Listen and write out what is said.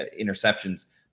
interceptions